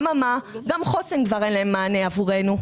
א-מ-מה, גם למרכזי חוסן כבר אין מענה עבורנו.